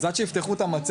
אז עד שיפתחו לנו את המצגת,